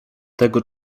tego